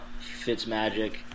Fitzmagic